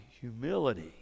humility